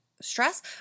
stress